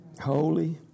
Holy